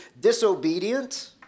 disobedient